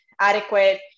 adequate